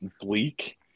bleak